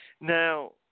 Now